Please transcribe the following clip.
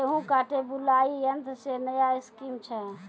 गेहूँ काटे बुलाई यंत्र से नया स्कीम छ?